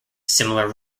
similar